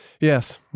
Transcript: Yes